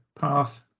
path